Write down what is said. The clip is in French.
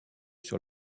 sur